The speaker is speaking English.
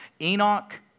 Enoch